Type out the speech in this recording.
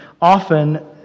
often